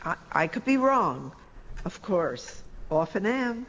i could be wrong of course often